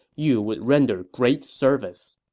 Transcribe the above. you would render great service.